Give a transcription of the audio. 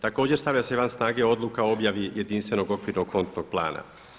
Također stavlja se van snage odluka o objavi jedinstvenog okvirnog kontnog plana.